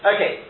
Okay